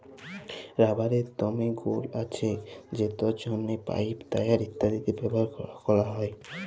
রাবারের দমে গুল্ আছে যেটর জ্যনহে পাইপ, টায়ার ইত্যাদিতে ব্যাভার হ্যয়